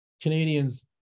Canadians